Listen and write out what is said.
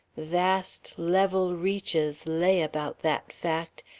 vast, level reaches lay about that fact,